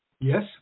yes